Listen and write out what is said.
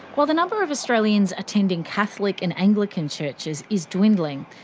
while the number of australians attending catholic and anglican churches is dwindling,